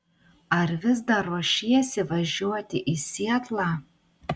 ar vis dar ruošiesi važiuoti į sietlą